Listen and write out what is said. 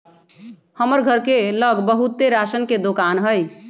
हमर घर के लग बहुते राशन के दोकान हई